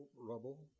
rubble